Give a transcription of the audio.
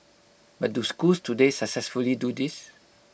but do schools today successfully do this